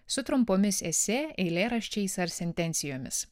su trumpomis esė eilėraščiais ar sentencijomis